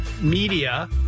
media